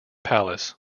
palace